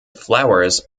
flowers